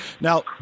Now